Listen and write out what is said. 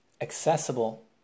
accessible